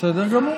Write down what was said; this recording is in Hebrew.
בסדר גמור,